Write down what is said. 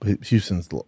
Houston's